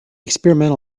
experimental